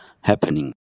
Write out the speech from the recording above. happening